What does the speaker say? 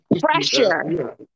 Pressure